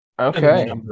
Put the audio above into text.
Okay